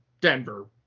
Denver